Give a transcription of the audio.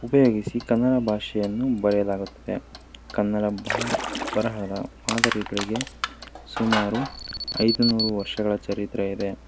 ಉಪಯೋಗಿಸಿ ಕನ್ನಡ ಭಾಷೆಯನ್ನು ಬರೆಯಲಾಗುತ್ತದೆ ಕನ್ನಡ ಭಾರ ಬರಹದ ಮಾದರಿಗಳಿಗೆ ಸುಮಾರು ಐದು ನೂರು ವರ್ಷಗಳ ಚರಿತ್ರೆ ಇದೆ